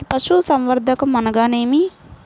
పశుసంవర్ధకం అనగానేమి?